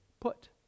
put